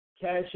Cash